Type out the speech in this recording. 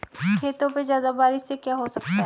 खेतों पे ज्यादा बारिश से क्या हो सकता है?